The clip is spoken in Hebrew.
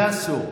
גם זה אסור.